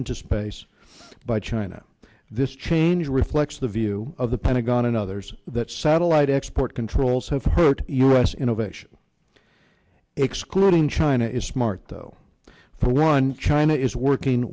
into space by china this change reflects the view of the pentagon and others that satellite export controls have hurt u s innovation excluding china is smart though for one china is working